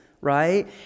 right